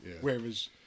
whereas